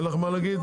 אין לך מה להגיד?